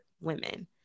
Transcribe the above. women